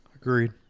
Agreed